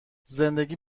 زندگی